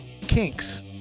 kinks